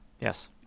Yes